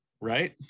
right